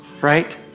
right